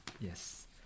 Yes